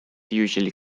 usually